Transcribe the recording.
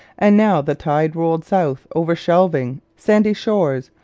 and now the tide rolled south over shelving, sandy shores,